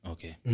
Okay